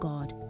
God